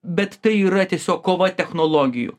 bet tai yra tiesiog kova technologijų